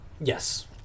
Yes